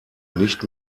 nicht